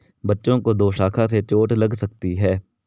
बच्चों को दोशाखा से चोट लग सकती है